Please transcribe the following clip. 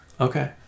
okay